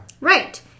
Right